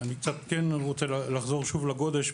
אני רוצה לחזור לגודש,